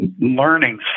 learning